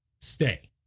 Stay